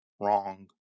wrong